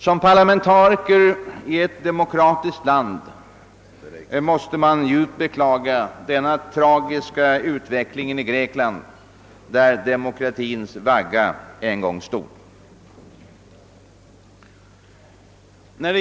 Som parlamentariker i ett demokratiskt land måste jag djupt beklaga denna tragiska utveckling i Grekland, där demokratins vagga cn gång stod.